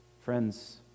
friends